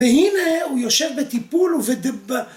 והנה הוא יושב בטיפול ובדב...